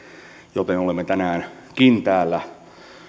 joten olemme tänäänkin täällä